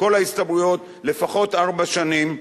כל ההסתברויות, לפחות ארבע שנים.